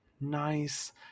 nice